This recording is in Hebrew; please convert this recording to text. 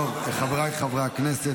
חבריי חברי הכנסת,